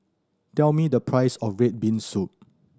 tell me the price of red bean soup